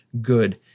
good